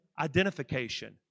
identification